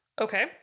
Okay